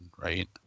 right